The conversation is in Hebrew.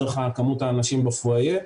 דרך כמות האנשים בפואייה,